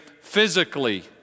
physically